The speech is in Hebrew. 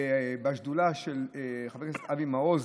בשדולה של חבר הכנסת אבי מעוז.